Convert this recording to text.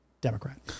Democrat